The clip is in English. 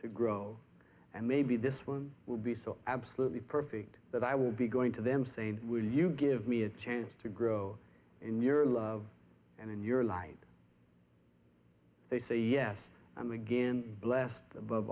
to grow and maybe this one will be so absolutely perfect that i will be going to them saying will you give me a chance to grow in your love and in your lives they say yes i'm again blessed above